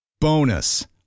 Bonus